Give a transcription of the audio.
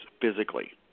physically